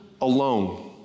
alone